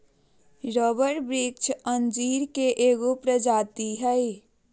rubber वृक्ष अंजीर के एगो प्रजाति हइ